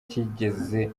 cyigeze